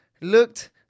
looked